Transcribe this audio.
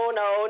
no